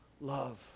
love